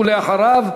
ולאחריו,